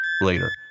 later